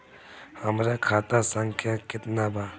हमरा खाता संख्या केतना बा?